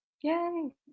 Yay